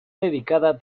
dedicada